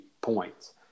points